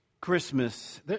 Christmas